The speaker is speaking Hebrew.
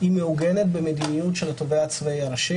היא מעוגנת במדיניות של התובע הצבאי הראשי.